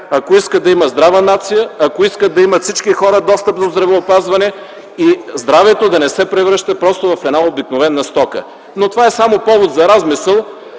ако иска да има здрава нация, ако иска да имат всички хора достъп до здравеопазване и здравето да не се превръща просто в една обикновена стока, но това е само повод за размисъл.